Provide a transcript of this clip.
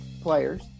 players